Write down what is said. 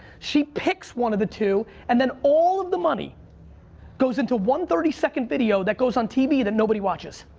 she picks one of the two and then all of the money goes into one thirty second video that goes on tv that nobody watches.